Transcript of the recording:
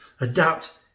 adapt